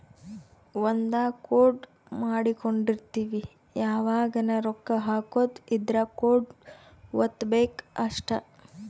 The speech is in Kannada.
ಒಂದ ಕೋಡ್ ಮಾಡ್ಕೊಂಡಿರ್ತಿವಿ ಯಾವಗನ ರೊಕ್ಕ ಹಕೊದ್ ಇದ್ರ ಕೋಡ್ ವತ್ತಬೆಕ್ ಅಷ್ಟ